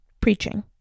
preaching